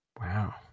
Wow